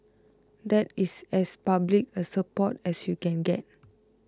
that is as public a support as you can get